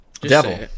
Devil